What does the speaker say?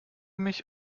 mich